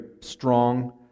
strong